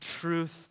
truth